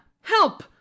help